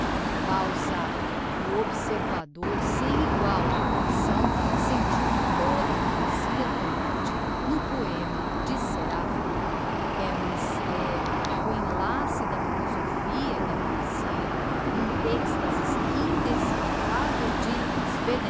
balzac o observador sem egual do coração sentiu toda a poesia do norte no poema de seraphita é um mysterio o enlace da philosophia e da poesia um extasis indecifravel de